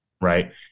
Right